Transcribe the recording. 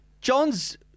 John's